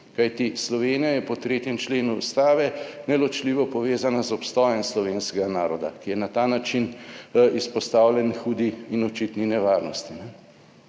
Kajti Slovenija je po 3. členu ustave neločljivo povezana z obstojem slovenskega naroda, ki je na ta način izpostavljen hudi in očitni nevarnosti.